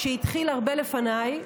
שהתחיל הרבה לפניי.